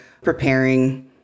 preparing